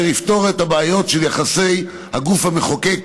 ואשר יפתור את הבעיות של היחסים בין הגוף המחוקק,